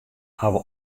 hawwe